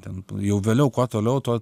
ten jau vėliau kuo toliau tuo